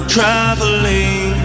Traveling